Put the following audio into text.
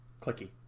clicky